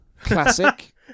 Classic